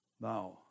Now